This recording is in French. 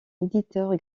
éditeur